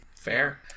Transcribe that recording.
Fair